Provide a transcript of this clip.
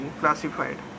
classified